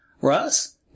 Russ